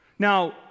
Now